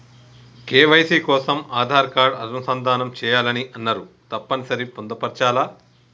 KYC కోసం Aadhaar card అనుసంధానం చేయాలని అన్నరు తప్పని సరి పొందుపరచాలా?